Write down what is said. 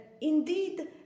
indeed